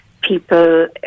people